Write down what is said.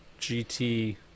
GT